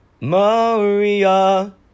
Maria